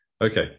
Okay